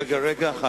רגע אחד.